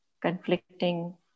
conflicting